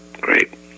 Great